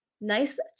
nice